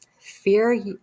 fear